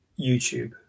YouTube